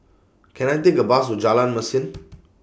Can I Take A Bus to Jalan Mesin